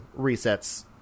resets